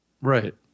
Right